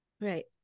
Right